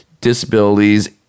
disabilities